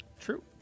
True